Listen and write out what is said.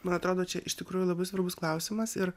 man atrodo čia iš tikrųjų labai svarbus klausimas ir